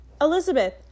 elizabeth